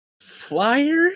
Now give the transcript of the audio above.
flyer